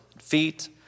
feet